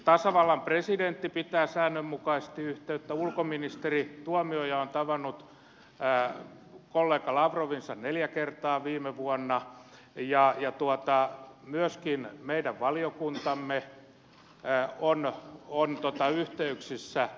tasavallan presidentti pitää säännönmukaisesti yhteyttä ulkoministeri tuomioja on tavannut kollegansa lavrovin neljä kertaa viime vuonna ja myöskin meidän valiokuntamme on yhteyksissä venäjälle